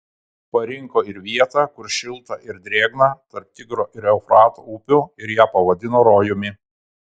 parinko ir vietą kur šilta ir drėgna tarp tigro ir eufrato upių ir ją pavadino rojumi